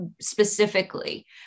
specifically